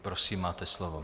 Prosím, máte slovo.